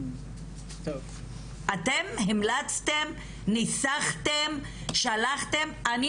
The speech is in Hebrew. אתם המלצתם, ניסחתם, שלחתם?